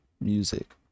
music